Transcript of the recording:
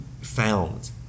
found